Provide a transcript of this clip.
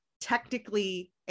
technically